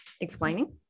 explaining